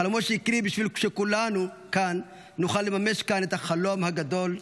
חלומות שהקריב בשביל שכולנו כאן נוכל לממש את החלום הגדול: